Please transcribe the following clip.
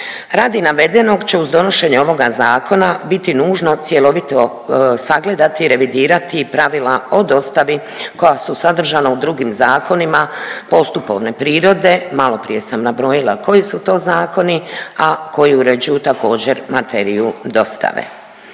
Radi navedenog će uz donošenje ovoga zakona biti nužno cjelovito sagledati, revidirati pravila o dostavi koja su sadržana u drugim zakonima postupovne prirode. Malo prije sam nabrojila koji su to zakoni, a koji uređuju također materiju dostave.